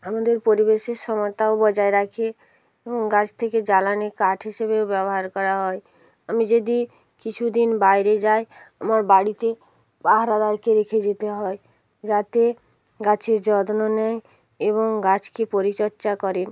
আমাদের পরিবেশের সমতাও বজায় রাখে হুম গাছ থেকে জ্বালানি কাঠ হিসেবেও ব্যবহার করা হয় আমি যদি কিছু দিন বাইরে যায় আমার বাড়িতে পাহারাদারকে রেখে যেতে হয় যাতে গাছে যত্ন নেয় এবং গাছকে পরিচর্চা করেন